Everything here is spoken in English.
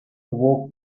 awoke